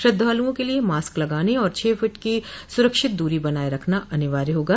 श्रद्धालुओं के लिए मास्क लगाने और छह फीट की सुरक्षित दूरी बनाए रखना अनिवार्य होगा